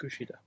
Kushida